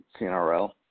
CNRL